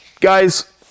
guys